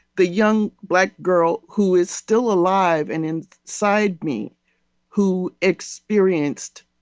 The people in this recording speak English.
the young black girl who is still alive and in side me who experienced.